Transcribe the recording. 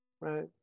right